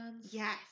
Yes